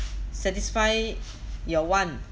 satisfy your want